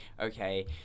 okay